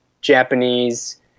Japanese